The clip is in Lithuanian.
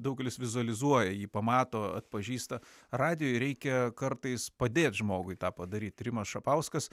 daugelis vizualizuoja jį pamato atpažįsta radijuj reikia kartais padėti žmogui tą padaryt rimas šapauskas